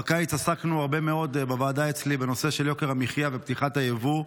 בקיץ עסקנו בוועדה אצלי הרבה מאוד בנושא יוקר המחיה ופתיחת היבוא,